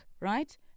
right